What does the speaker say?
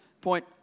point